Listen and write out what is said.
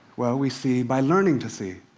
well, we see by learning to see.